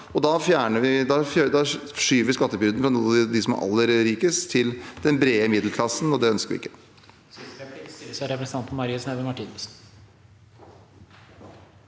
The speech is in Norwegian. Da skyver vi skattebyrden fra noen av dem som er aller rikest, til den brede middelklassen, og det ønsker vi ikke.